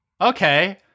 Okay